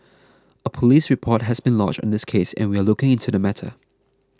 a police report has been lodged on this case and we are looking into the matter